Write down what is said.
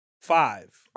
five